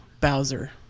Bowser